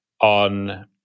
on